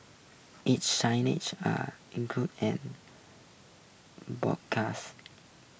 its are include and broadcast